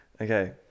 Okay